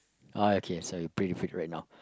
uh okay so you pretty fit right now